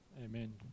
Amen